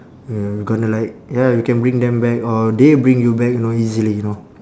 ya gonna like ya we can bring them back or they bring you back you know easily you know